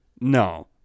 No